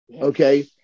okay